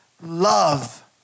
love